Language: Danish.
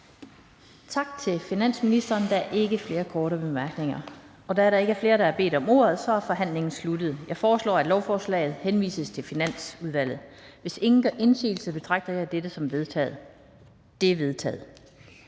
Tak til finansministeren. Der er ikke flere korte bemærkninger. Da der ikke er flere, der har bedt om ordet, er forhandlingen sluttet. Jeg foreslår, at lovforslaget henvises til Finansudvalget. Hvis ingen gør indsigelse, betragter jeg dette som vedtaget. Det er vedtaget.